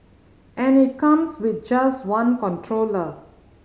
and it comes with just one controller